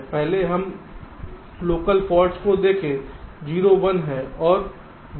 पहले हम local faults को देखें 0 1 और 1